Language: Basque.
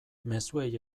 mezuei